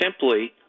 simply